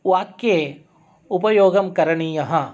वाक्ये उपयोगः करणीयः